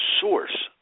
source